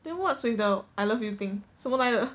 then what's with the I love you thing 什么来的